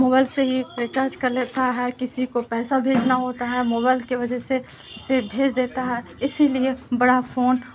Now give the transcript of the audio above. mobile سے ہی recharge کر لیتا ہے کسی کو پیسہ بھیجنا ہوتا ہے موبائل کے وجہ سے اسے بھیج دیتا ہے اسی لیے بڑا فون